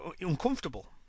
uncomfortable